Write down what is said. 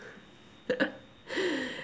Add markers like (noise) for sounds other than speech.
(laughs)